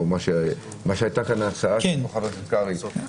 מה שהיתה פה הצעה של חבר הכנסת קרעי.